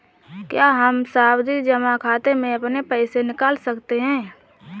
क्या हम सावधि जमा खाते से अपना पैसा निकाल सकते हैं?